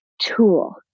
tool